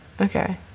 Okay